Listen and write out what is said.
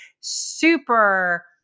super